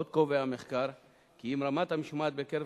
עוד קובע המחקר כי אם רמת המשמעת בקרב